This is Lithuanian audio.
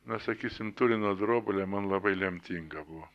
na sakysim turino drobulė man labai lemtinga buvo